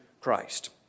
Christ